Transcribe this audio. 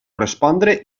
respondre